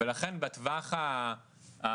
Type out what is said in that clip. לכן, בטווח הבינוני-ארוך,